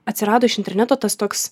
atsirado iš interneto tas toks